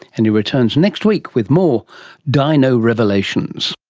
and he returns next week with more dino revelations